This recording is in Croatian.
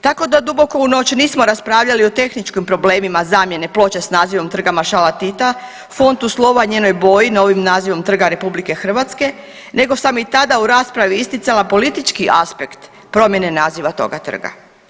Tako da duboko u noć nismo raspravljali o tehničkim problemima zamjene ploče s nazivom Trga maršala Tita, fontu slova, njenoj boji, novim nazivom Trga Republike Hrvatske nego sam i tada u raspravi isticala politički aspekt promjene naziva toga trga.